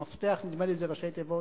מפת"ח, נדמה לי, זה ראשי תיבות